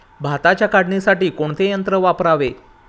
भाताच्या काढणीसाठी कोणते यंत्र वापरावे?